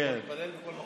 התפילות שלך בכל מקום.